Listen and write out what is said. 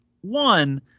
One